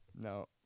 No